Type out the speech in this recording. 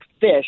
fish